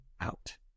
out